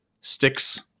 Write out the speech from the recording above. sticks